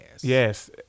Yes